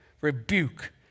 rebuke